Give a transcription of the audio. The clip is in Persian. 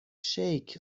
شیک